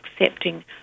accepting